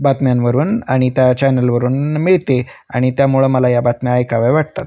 बातम्यांवरून आणि त्या चॅनलवरून मिळते आणि त्यामुळं मला या बातम्या ऐकाव्या वाटतात